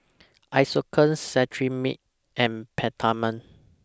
Isocal Cetrimide and Peptamen